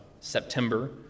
September